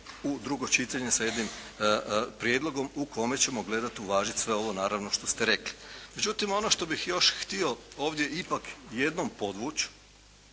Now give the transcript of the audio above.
u drugo čitanje sa jednim prijedlogom u kome ćemo gledati uvažiti sve ovo naravno što ste rekli. Međutim ono što bih još htio ovdje ipak jednom podvući,